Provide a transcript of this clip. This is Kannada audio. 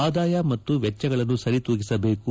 ಆದಾಯ ಮತ್ತು ವೆಚ್ಚಗಳನ್ನು ಸರಿತೂಗಿಸಬೇಕು